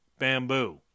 bamboo